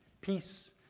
peace